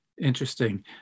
Interesting